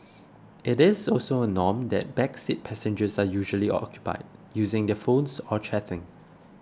it is also a norm that back seat passengers are usually occupied using their phones or chatting